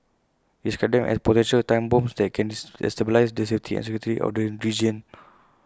he described them as potential time bombs that can destabilise the safety and security of the region